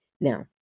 Now